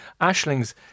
Ashling's